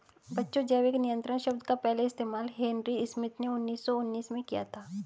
बच्चों जैविक नियंत्रण शब्द का पहला इस्तेमाल हेनरी स्मिथ ने उन्नीस सौ उन्नीस में किया था